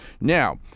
Now